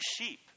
sheep